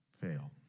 fail